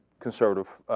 conservative